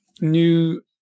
new